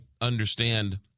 understand